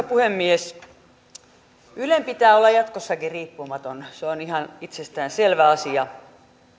puhemies ylen pitää olla jatkossakin riippumaton se on ihan itsestään selvä asia